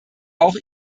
auch